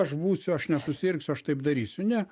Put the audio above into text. aš būsiu aš nesusirgsiu aš taip darysiu ne